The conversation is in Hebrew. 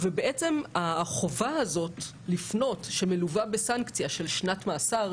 החובה הזאת לפנות שמלווה בסנקציה של שנת מאסר